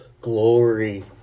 glory